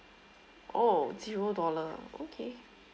oh zero dollar okay